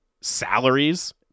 salaries